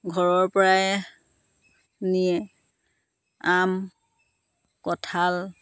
ঘৰৰ পৰাই নিয়ে আম কঁঠাল